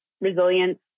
resilience